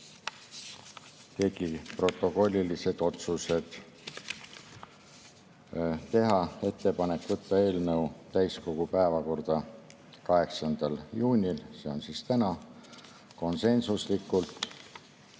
tegi protokollilised otsused: teha ettepanek võtta eelnõu täiskogu päevakorda 8. juunil, see on täna, see oli konsensuslik